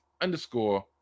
underscore